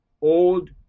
old